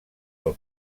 del